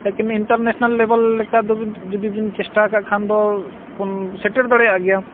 ᱞᱮᱠᱤᱱ ᱤᱱᱴᱟᱨᱱᱮᱥᱱᱮᱞ ᱞᱮᱵᱮᱞ ᱞᱮᱠᱟ ᱫᱚᱵᱤᱱ ᱡᱩᱫᱤᱵᱤᱱ ᱪᱮᱥᱴᱟᱣ ᱠᱟᱫ ᱠᱷᱟᱱ ᱫᱚ ᱵᱚᱱ ᱥᱮᱴᱮᱨ ᱫᱟᱲᱮᱭᱟᱜ ᱜᱮᱭᱟ